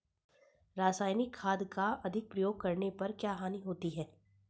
रासायनिक खाद का अधिक प्रयोग करने पर क्या हानि होती है?